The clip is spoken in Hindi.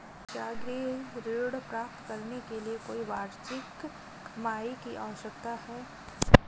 क्या गृह ऋण प्राप्त करने के लिए कोई वार्षिक कमाई की आवश्यकता है?